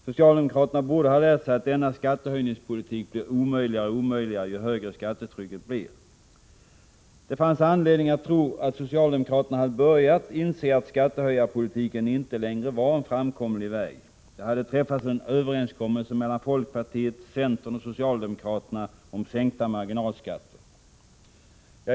Socialdemokraterna borde ha lärt sig att denna skattehöjningspolitik blir mer och mer omöjlig ju hårdare skattetrycket blir. Det fanns anledning att tro att socialdemokraterna hade börjat inse att skattehöjningspolitiken inte längre var en framkomlig väg. Det hade träffats en överenskommelse mellan folkpartiet, centern och socialdemokraterna om sänkta marginalskatter.